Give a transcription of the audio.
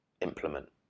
implement